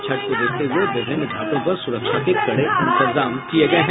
छठ को देखते हुए विभिन्न घाटों पर सुरक्षा के कड़े इंतजाम किये गये हैं